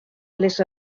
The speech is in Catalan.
les